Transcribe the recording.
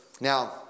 Now